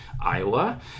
Iowa